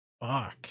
Fuck